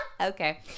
Okay